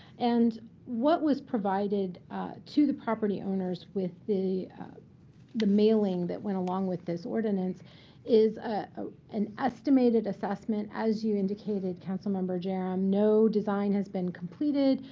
and what was provided to the property owners with the the mailing that went along with this ordinance is ah an estimated assessment. as you indicated, council member jerram, no design has been completed,